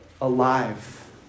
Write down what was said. alive